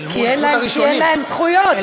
כי אין להם זכויות.